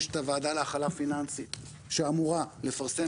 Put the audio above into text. יש את הוועדה להכלה פיננסית שאמורה לפרסם